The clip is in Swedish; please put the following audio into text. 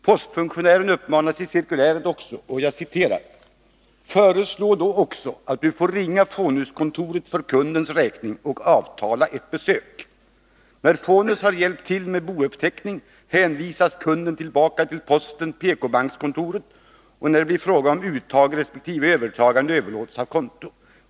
Postfunktionären får i cirkuläret också följande uppmaning: ”Föreslå då också att du får ringa Fonuskontoret för kundens räkning och avtala ett besök. När Fonus har hjälpt till med en bouppteckning, hänvisas kunden tillbaka till Posten eller PKbankskontoret när det blir fråga om uttag respektive övertagande/överlåtelse av konto.